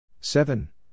seven